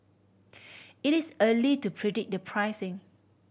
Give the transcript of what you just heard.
it is early to predict the pricing